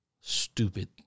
stupid